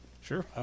sure